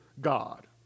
God